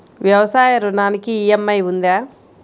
వ్యవసాయ ఋణానికి ఈ.ఎం.ఐ ఉందా?